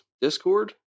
Discord